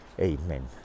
Amen